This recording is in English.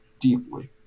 deeply